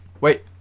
Wait